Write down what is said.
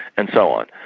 and so on.